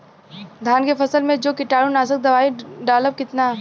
धान के फसल मे जो कीटानु नाशक दवाई डालब कितना?